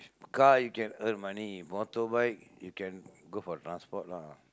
car you can earn money motorbike you can go for transport lah